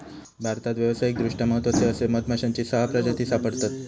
भारतात व्यावसायिकदृष्ट्या महत्त्वाचे असे मधमाश्यांची सहा प्रजाती सापडतत